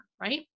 right